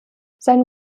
sein